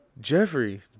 Jeffrey